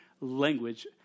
language